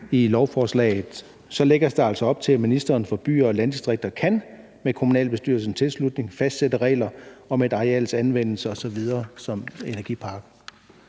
i lovforslaget, lægges der altså op til, at ministeren for byer og landdistrikter med kommunalbestyrelsens tilslutning kan fastsætte regler om et areals anvendelse som energipark.